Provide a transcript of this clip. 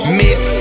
miss